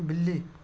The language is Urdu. بلی